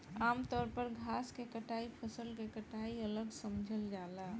आमतौर पर घास के कटाई फसल के कटाई अलग समझल जाला